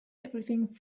everything